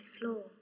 floor